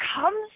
comes